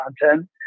content